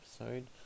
episode